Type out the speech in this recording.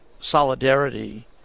solidarity